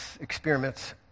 experiments